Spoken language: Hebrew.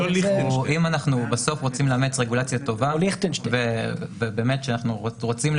אם בסוף אנחנו רוצים לאמץ רגולציה טובה ולקיים את אותם